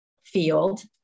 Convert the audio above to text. field